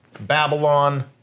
Babylon